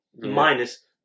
minus